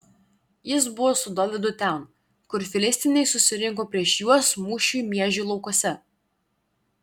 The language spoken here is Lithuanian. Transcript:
jis buvo su dovydu ten kur filistinai susirinko prieš juos mūšiui miežių laukuose